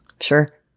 Sure